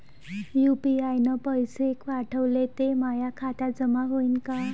UPI न पैसे पाठवले, ते माया खात्यात जमा होईन का?